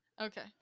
Okay